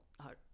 hard